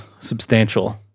substantial